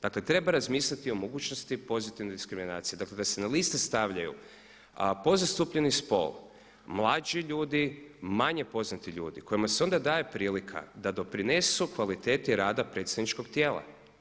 Dakle treba razmisliti o mogućnosti pozitivne diskriminacije, dakle da se na liste stavljaju podzastupljeni spol, mlađi ljudi, manje poznati ljudi kojima se onda daje prilika da doprinesu kvaliteti rada predsjedničkog tijela.